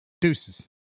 Deuces